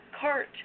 cart